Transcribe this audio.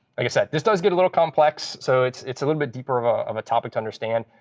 like i said, this does get a little complex. so it's it's a little bit deeper of ah of a topic to understand.